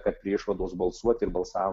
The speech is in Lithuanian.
kad prie išvados balsuoti ir balsavom